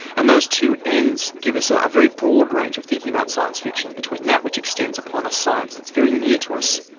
and those two ends give us ah a very broad range of thinking about science fiction, between that which extends upon a science that's very new to us,